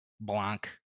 Blanc